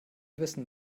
wissen